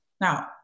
Now